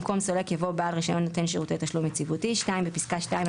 במקום "סולק" יבוא "בעל רישיון נותן שירותי תשלום יציבותי"; בפסקה (2),